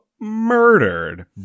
murdered